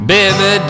Baby